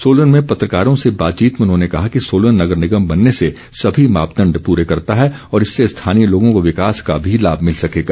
सोलन में पत्रकारों से बातचीत में उन्होंने कहा कि सोलन नगर निगम बनने के सभी मापदण्ड पूरे करता है और इससे स्थानीय लोगों को विकास का लाभ भी मिल सकेगा